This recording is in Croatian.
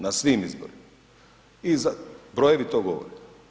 Na svim izborima i brojevi to govore.